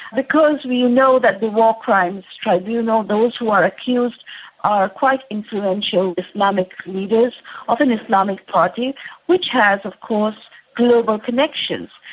because we you know that the war crimes tribunal, those who are accused are quite influential islamic leaders of an islamic party which has of course global connections,